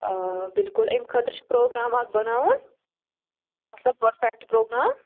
آ بِلکُل اَمہِ خٲطرٕ چھِ پروگرام اَکھ بَناوُن مطلب پٔرفیٚکٹ پروگرام